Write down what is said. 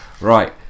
Right